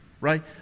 Right